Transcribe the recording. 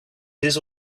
his